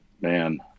man